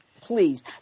Please